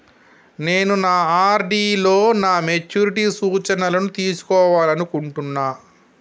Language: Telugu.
నేను నా ఆర్.డి లో నా మెచ్యూరిటీ సూచనలను తెలుసుకోవాలనుకుంటున్నా